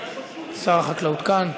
שר החקלאות כאן.